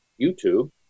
YouTube